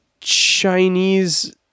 Chinese